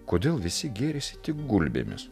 kodėl visi gėrisi tik gulbėmis